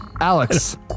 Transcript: alex